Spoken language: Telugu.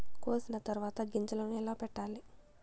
కోసిన తర్వాత గింజలను ఎలా పెట్టాలి